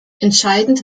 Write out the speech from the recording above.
entscheidend